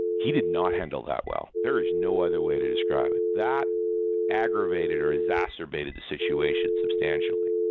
he did not handle that well. there is no other way to describe it. that aggravated or exacerbated the situation substantially.